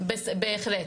בהחלט,